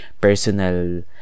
personal